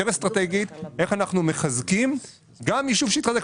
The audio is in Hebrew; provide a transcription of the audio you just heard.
אסטרטגית איך אנחנו מחזקים גם יישוב שהתחזק.